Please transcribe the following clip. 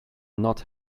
not